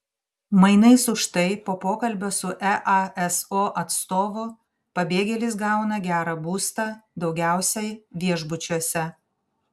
mainais už tai po pokalbio su easo atstovu pabėgėlis gauna gerą būstą daugiausiai viešbučiuose